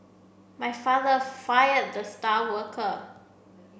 my father fire the star worker